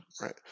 right